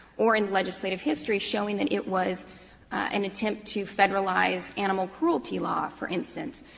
or in the legislative history showing that it was an attempt to federalize animal cruelty law, for instance.